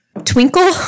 Twinkle